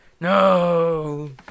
no